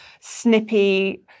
snippy